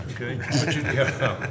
Okay